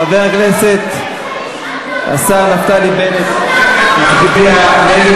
חבר הכנסת השר נפתלי בנט הצביע נגד,